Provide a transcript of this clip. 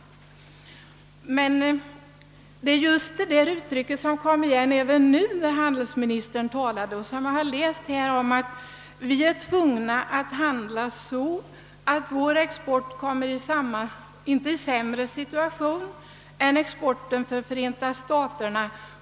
Även i handelsministerns andra anförande återkom emellertid det där resonemanget om att vi måste handla så, att vår exportindustri inte kommer i sämre situation än Förenta staternas.